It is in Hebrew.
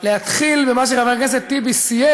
להתחיל במה שחבר הכנסת טיבי סיים,